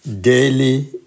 daily